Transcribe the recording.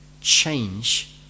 change